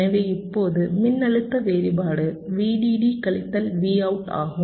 எனவே இப்போது மின்னழுத்த வேறுபாடு VDD கழித்தல் Vout ஆகும்